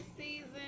season